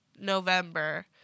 November